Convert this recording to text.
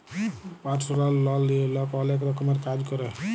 পারসলাল লল লিঁয়ে লক অলেক রকমের কাজ ক্যরে